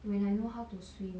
when I know how to swim